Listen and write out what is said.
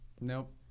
Nope